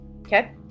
Okay